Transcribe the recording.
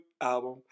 album